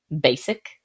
basic